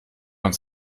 uns